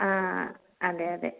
ആ അതെ അതെ